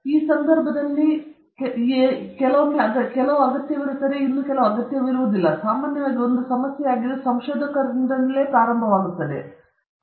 ಈ ಸಂದರ್ಭದಲ್ಲಿ ಯಾವಾಗಲೂ ಅಗತ್ಯವಿರುವುದಿಲ್ಲ ಆದರೆ ಸಾಮಾನ್ಯವಾಗಿ ಇದು ಒಂದು ಸಮಸ್ಯೆಯಾಗಿದ್ದು ಸಂಶೋಧಕ ಪ್ರಾರಂಭವಾಗುತ್ತದೆ